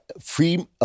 free